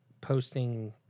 posting